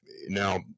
Now